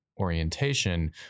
orientation